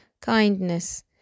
kindness